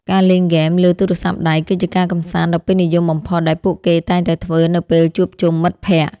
ការលេងហ្គេមលើទូរស័ព្ទដៃគឺជាការកម្សាន្តដ៏ពេញនិយមបំផុតដែលពួកគេតែងតែធ្វើនៅពេលជួបជុំមិត្តភក្តិ។